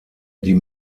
die